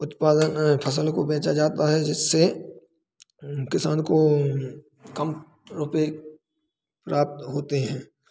उत्पादन फसल को बेचा जाता है जिससे किसान को कम रुपये प्राप्त होते हैं